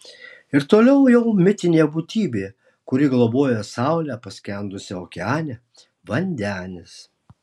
ir toliau jau mitinė būtybė kuri globoja saulę paskendusią okeane vandenis